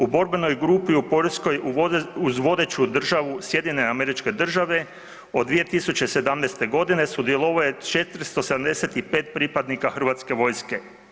U borbenoj grupi u Poljskoj uz vodeću državu SAD od 2017. godine sudjelovao je 475 pripadnika Hrvatske vojske.